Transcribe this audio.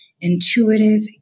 intuitive